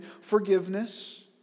forgiveness